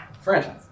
franchise